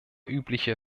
übliche